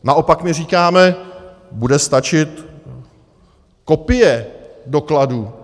Naopak my říkáme bude stačit kopie dokladů.